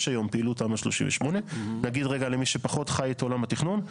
היום פעילות תמ"א 38. נגיד רגע למי שפחות חי את עולם התכנון,